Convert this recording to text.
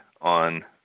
on